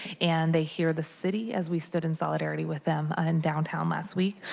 and they hear the city, as we stood in solidarity with them and downtown last week.